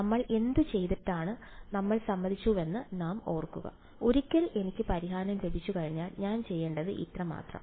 നമ്മൾ എന്തുചെയ്യുമെന്ന് നമ്മൾ സമ്മതിച്ചുവെന്ന് ഞാൻ ഓർക്കണം ഒരിക്കൽ എനിക്ക് പരിഹാരം ലഭിച്ചുകഴിഞ്ഞാൽ ഞാൻ ചെയ്യേണ്ടത് ഇത്രമാത്രം